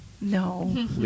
No